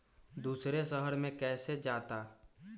दूसरे शहर मे कैसे जाता?